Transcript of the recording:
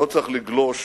לא צריך לגלוש